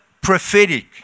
prophetic